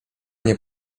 nie